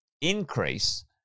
increase